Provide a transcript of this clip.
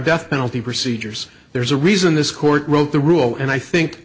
death penalty procedures there's a reason this court wrote the rule and i think